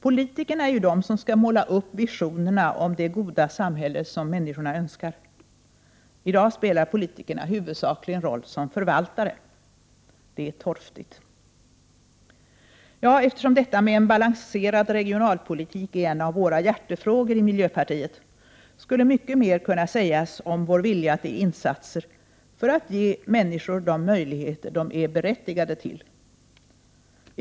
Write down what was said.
Politikerna är ju de som skall måla upp visionerna om det goda samhälle som människorna önskar. I dag spelar politikerna huvudsakligen rollen som förvaltare. Det är torftigt. Ja, eftersom detta med en balanserad regionalpolitik är en av miljöpartiets hjärtefrågor skulle mycket mer kunna sägas om vår vilja till insatser för att ge människor de möjligheter de är berättigade till.